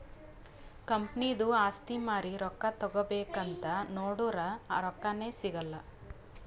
ಕಂಪನಿದು ಆಸ್ತಿ ಮಾರಿ ರೊಕ್ಕಾ ತಗೋಬೇಕ್ ಅಂತ್ ನೊಡುರ್ ರೊಕ್ಕಾನೇ ಸಿಗಲ್ಲ